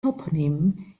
toponym